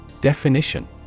Definition